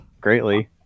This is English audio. greatly